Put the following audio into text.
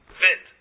fit